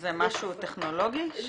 זה משהו טכנולוגי?